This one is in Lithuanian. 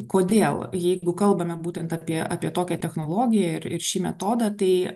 kodėl jeigu kalbame būtent apie apie tokią technologiją ir ir šį metodą tai